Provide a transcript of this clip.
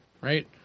right